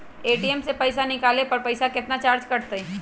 ATM से पईसा निकाले पर पईसा केतना चार्ज कटतई?